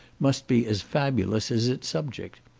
must be as fabulous as its subject.